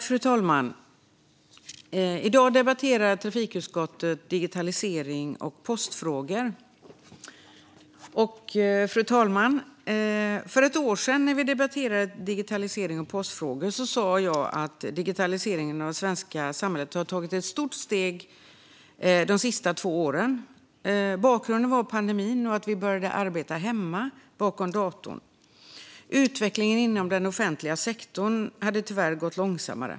Fru talman! I dag debatterar trafikutskottet digitaliserings och postfrågor. När vi debatterade digitaliserings och postfrågor för ett år sedan sa jag att digitaliseringen av det svenska samhället hade tagit ett stort steg under de senaste två åren. Bakgrunden var pandemin och att vi hade börjat arbeta hemma, bakom datorn. Utvecklingen inom den offentliga sektorn hade tyvärr gått långsammare.